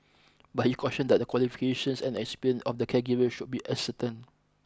but he cautioned that the qualifications and experience of the caregiver should be ascertained